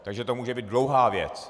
Takže to může být dlouhá věc.